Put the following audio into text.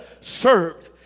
served